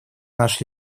наш